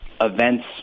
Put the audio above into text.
events